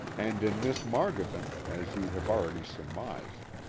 and in miss margovan, as you have already surmised,